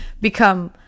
become